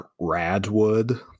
radwood